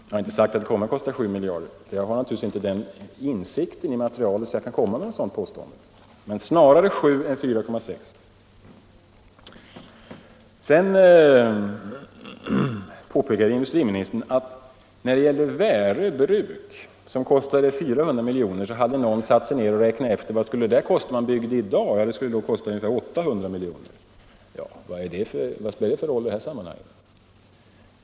Jag har inte sagt att det kommer att kosta 7 miljarder — och jag har naturligtvis inte sådan insikt i materialet att jag kan komma med ett sådant påstående - men snarare 7 miljarder än 4,6 miljarder. Industriministern påpekade vidare att Värö bruk kostade 400 milj.kr. att anlägga och att någon som hade satt sig ner och räknat ut vad kostnaderna skulle ha blivit i dag hade funnit att de skulle ha blivit 800 miljoner. Men vad spelar det för roll i detta sammanhang?